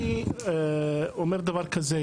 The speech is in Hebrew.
אני אומר דבר כזה,